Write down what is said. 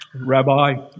Rabbi